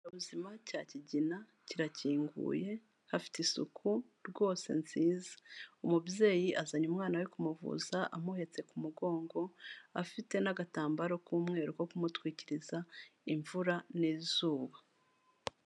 ikigo nderabuzima cya kigina kirakinguye, hafite isuku rwose nziza, umubyeyi azanye umwana we kumuvuza amuhetse ku mugongo, afite n'agatambaro k'umweru ko kumutwikiriza imvura n'izuba.